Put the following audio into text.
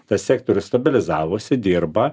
tas sektorius stabilizavosi dirba